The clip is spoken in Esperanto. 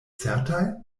certaj